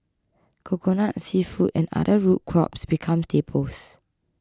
Coconut Seafood and other root crops become staples